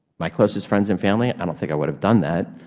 my closest friends and family. i don't think i would have done that,